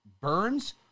burns